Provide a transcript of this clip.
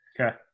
Okay